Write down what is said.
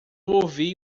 ouvi